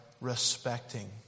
respecting